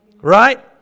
Right